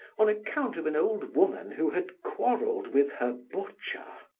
on account of an old woman who had quarreled with her butcher.